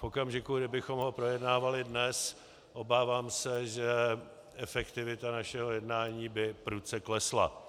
V okamžiku, kdy bychom ho projednávali dnes, obávám se, že efektivita našeho jednání by prudce klesla.